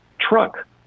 truck